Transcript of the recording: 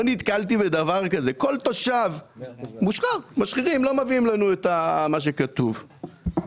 לא נתקלתי בדבר כזה שלא מביאים לנו את מה שכתוב.